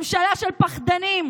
ממשלה של פחדנים,